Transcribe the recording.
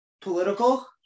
political